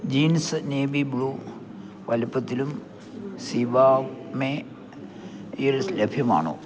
jeans navy blue വലുപ്പത്തിലും സിവാമേ യിൽ ലഭ്യമാണോ